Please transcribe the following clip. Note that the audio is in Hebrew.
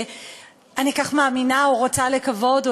אני כך מאמינה או רוצה לקוות,